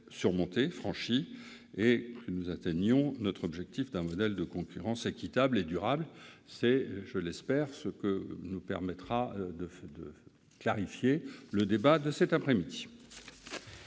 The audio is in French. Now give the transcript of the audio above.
surmonter ceux-ci pour atteindre notre objectif d'un modèle de concurrence équitable et durable. C'est, je l'espère, ce que nous permettra de clarifier le débat de cet après-midi.